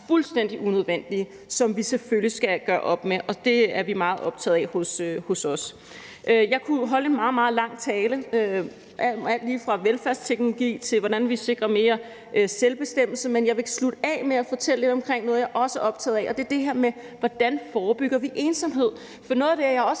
fuldstændig unødvendigt at dokumentere, hvilket vi selvfølgelig skal gøre op med, og det er vi meget optaget af hos os. Jeg kunne holde en meget, meget lang tale om alt lige fra velfærdsteknologi til, hvordan vi sikrer mere selvbestemmelse, men jeg vil slutte af med at fortælle lidt om noget, jeg også er optaget af, og det er det her med, hvordan vi forebygger ensomhed. For noget af det, jeg også